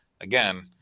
again